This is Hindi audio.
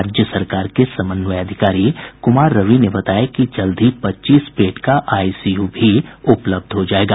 राज्य सरकार के समन्वय अधिकारी कुमार रवि ने बताया कि जल्द ही पच्चीस बेड का आईसीयू भी उपलब्ध हो जायेगा